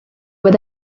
with